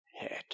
head